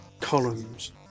columns